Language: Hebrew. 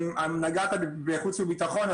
נגעת בחוץ ובביטחון,